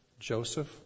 Joseph